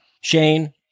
Shane